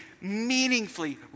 meaningfully